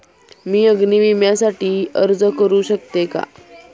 मी अग्नी विम्यासाठी अर्ज करू शकते का?